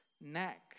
next